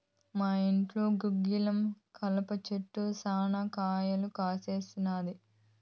మా ఇంట్లో గుగ్గిలం కలప చెట్టు శనా కాయలు కాసినాది